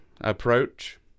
approach